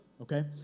Okay